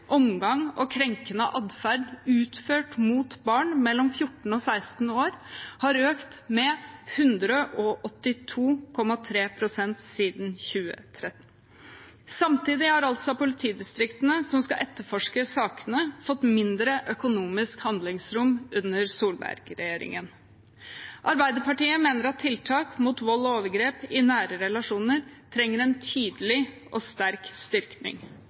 omgang og krenkende atferd utført mot barn mellom 14 og 16 år, har økt med 182,3 pst. siden 2013. Samtidig har politidistriktene, som skal etterforske sakene, fått mindre økonomisk handlingsrom under Solberg-regjeringen. Arbeiderpartiet mener at tiltak mot vold og overgrep i nære relasjoner trenger en tydelig og sterk